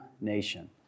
nation